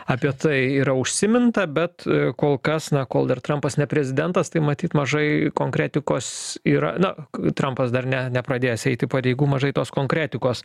apie tai yra užsiminta bet kol kas na kol dar trampas ne prezidentas tai matyt mažai konkretikos yra na trampas dar ne nepradėjęs eiti pareigų mažai tos konkretikos